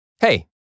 Hey